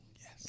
Yes